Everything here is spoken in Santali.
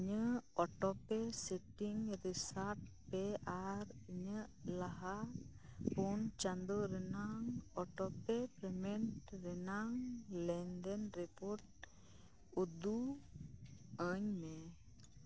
ᱤᱧᱟᱹᱜ ᱚᱴᱳᱯᱮ ᱥᱮᱴᱤᱝ ᱨᱤᱥᱟᱴ ᱯᱮ ᱟᱨ ᱤᱧᱟᱹᱜ ᱞᱟᱦᱟ ᱯᱳᱱ ᱪᱟᱸᱳ ᱨᱮᱱᱟᱜ ᱚᱴᱳᱯᱮ ᱯᱮᱢᱮᱱᱴ ᱨᱮᱱᱟᱜ ᱞᱮᱱᱫᱮᱱ ᱨᱤᱯᱳᱨᱴᱩᱫᱩᱜ ᱟᱹᱧ ᱢᱮ